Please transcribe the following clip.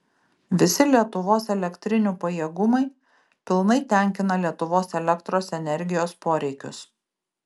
visi lietuvos elektrinių pajėgumai pilnai tenkina lietuvos elektros energijos poreikius